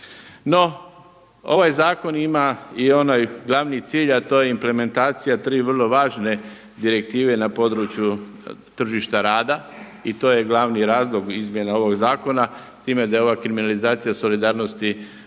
No, ovaj zakon ima i onaj glavni cilj, a to je implementacija tri vrlo važne direktive na području tržišta rada i to je glavni razlog izmjena ovog zakona, time da je ova kriminalizacija solidarnosti